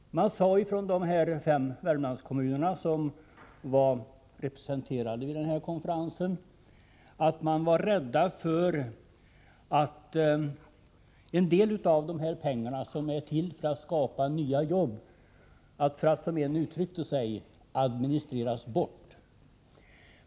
Man framhöll från de fem Värmlandskommunerna som var representerade vid konferensen att man var rädd för att en del av de pengar som är avsedda att skapa nya jobb kommer att, som någon uttryckte det, administreras bort.